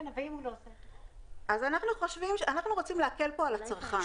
אנחנו רוצים להקל פה על הצרכן.